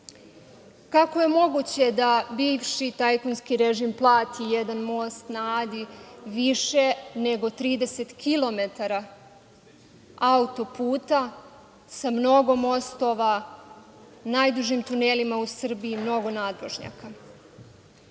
kako je moguće da bivši tajkunski režim plati jedan Most na Adi više nego 30 km auto-puta sa mnogo mostova, najdužim tunelima u Srbiji, mnogo nadvožnjaka?U